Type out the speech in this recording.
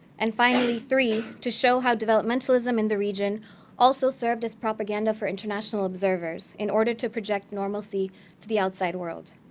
and finally, three, to show how developmental in um and the region also served as propaganda for international observers in order to project normalcy to the outside world.